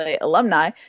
alumni